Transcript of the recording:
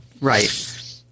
Right